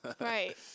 right